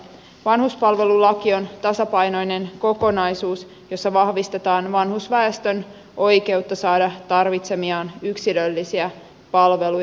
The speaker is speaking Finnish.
vanhuspalvelulaki on tasapainoinen kokonaisuus jossa vahvistetaan vanhusväestön oikeutta saada tarvitsemiaan yksilöllisiä palveluja